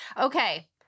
Okay